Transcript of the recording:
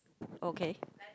okay